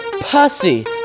pussy